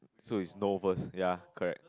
so it's no first ya correct